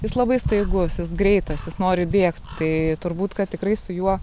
jis labai staigus jis greitas jis nori bėgt tai turbūt kad tikrai su juo